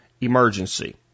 emergency